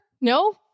No